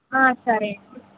సరే అండి